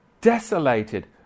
Desolated